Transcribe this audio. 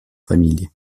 фамилии